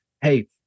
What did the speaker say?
hey